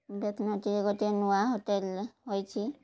ବେତନଠିରେ ଗୋଟିଏ ନୂଆ ହୋଟେଲ୍ ହୋଇଛି